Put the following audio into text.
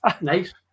nice